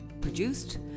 produced